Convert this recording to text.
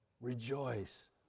rejoice